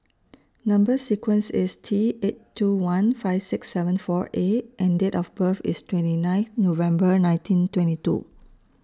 Number sequence IS T eight two one five six seven four A and Date of birth IS twenty ninth November nineteen twenty two